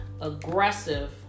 aggressive